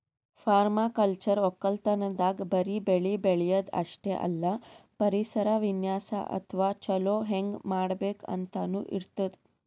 permaculture ವಕ್ಕಲತನ್ದಾಗ್ ಬರಿ ಬೆಳಿ ಬೆಳ್ಯಾದ್ ಅಷ್ಟೇ ಅಲ್ಲ ಪರಿಸರ ವಿನ್ಯಾಸ್ ಅಥವಾ ಛಲೋ ಹೆಂಗ್ ಮಾಡ್ಬೇಕ್ ಅಂತನೂ ಇರ್ತದ್